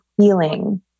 feeling